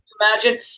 Imagine